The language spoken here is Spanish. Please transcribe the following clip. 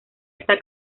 esta